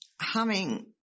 humming